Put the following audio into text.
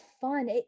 fun